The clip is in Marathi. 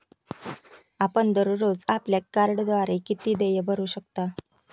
आपण दररोज आपल्या कार्डद्वारे किती देय भरू शकता?